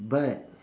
but